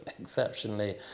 exceptionally